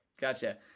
gotcha